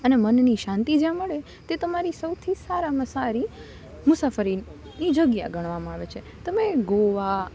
અને મનની શાંતિ જ્યાં મળે તે તમારી સૌથી સારામાં સારી મુસાફરીની જગ્યા ગણવામાં આવે છે તો ગોવા